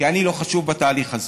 כי אני לא חשוב בתהליך הזה,